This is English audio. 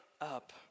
up